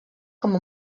com